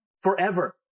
forever